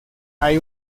hay